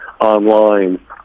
online